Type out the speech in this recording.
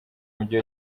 mujyi